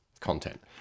content